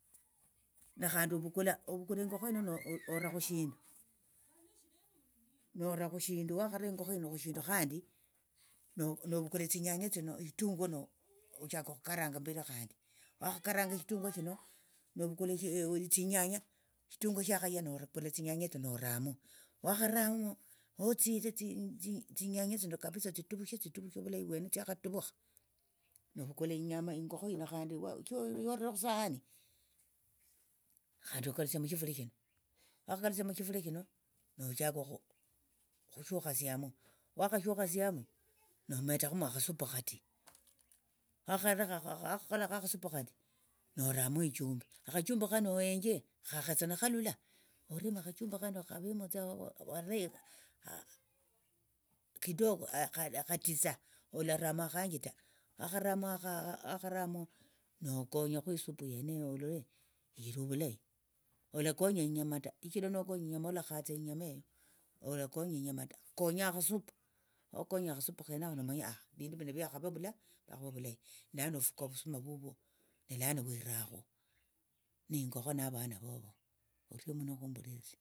Nekhandi ovukula ingokho nora ora khushindu nora khushindu wakhara ingokho yino khushindu khandi novukula tsinyanya tsino shitunguo nochaka okhukaranga mberio khandi wakhakaranga eshitunguo shino novukula tsinyanya shitunguo shakhaya novukula tsinyanya etso noramo wakharamo motsiyire tsinyanya tsino kapisa tsiakhatuvukha novukula ingokho yino khandi shorere khusahani khandi okalusia mushifulia shino wakhakalusia mushifulia shino nochaka okhushukhasiamo wakhashukhasiamo nometakhumu akhasupu khatii wakhakholakho okhasupu khatii noramo ichumbi akhachumbi khano ohenje khekhetsana khalalula oremo akhachumbi khano khavemotsa halekhu kitoko khatitsa olaramu akhanji ta wakharamu nokonyakhu esupu yeneyo olole ili ovulayi olakonya inyama ta shichira nokonya inyama olakhatsa inyama eyo olakonya inyama ta konya akhasupu nokonya akhasupu khenakho nomanya akha evindu vino vyakhava ovula viakhava ovulayi ni lano ofuka ovusuma vuvwo ni lano wirakhu niingokho navana vovo orio muno okhumbulirisia.